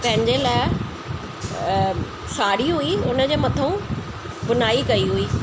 पंहिंजे लाइ अ साड़ी हुई उनजे मथो बुनाई कई हुई